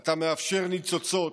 אתה מאפשר ניצוצות,